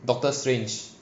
doctor strange